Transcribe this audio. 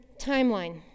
timeline